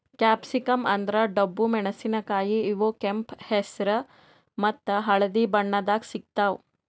capsicum ಅಂದ್ರ ಡಬ್ಬು ಮೆಣಸಿನಕಾಯಿ ಇವ್ ಕೆಂಪ್ ಹೆಸ್ರ್ ಮತ್ತ್ ಹಳ್ದಿ ಬಣ್ಣದಾಗ್ ಸಿಗ್ತಾವ್